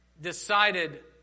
decided